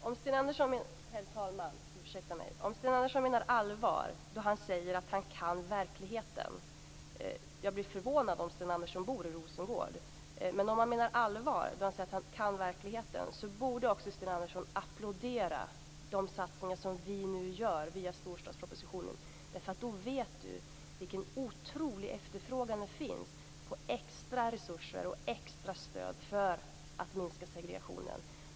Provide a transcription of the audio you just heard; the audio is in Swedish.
Herr talman! Om Sten Andersson menar allvar när han säger att han känner till verkligheten - jag blir förvånad om Sten Andersson bor i Rosengård - borde han applådera de satsningar som vi nu gör via storstadspropositionen, därför att då vet han vilken otrolig efterfrågan det finns på extra resurser och extra stöd för att minska segregationen.